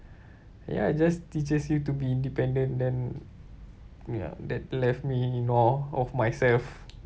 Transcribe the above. ya it just teaches you to be independent then ya that left me in awe of myself